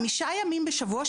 חמישה ימים בשבוע,